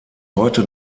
heute